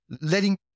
letting